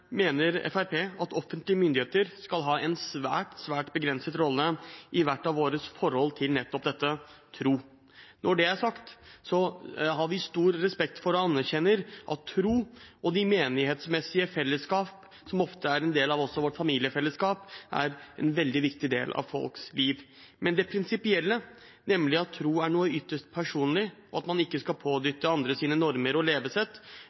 mener Fremskrittspartiet at offentlige myndigheter skal ha en svært, svært begrenset rolle i hver og en sitt forhold til nettopp dette: tro. Når det er sagt, har vi stor respekt for og anerkjenner at tro og de menighetsmessige fellesskap, som også ofte er en del av vårt familiefellesskap, er en veldig viktig del av folks liv. Men det prinsipielle, nemlig at tro er noe ytterst personlig – og at man ikke skal pådyttes andres normer og levesett,